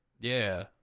Yeah